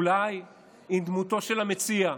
אולי עם דמותו של המציע.